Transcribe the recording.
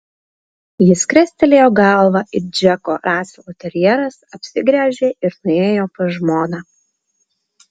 jis krestelėjo galvą it džeko raselo terjeras apsigręžė ir nuėjo pas žmoną